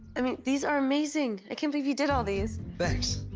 i mean, these are amazing. i can't believe you did all these. thanks.